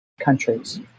countries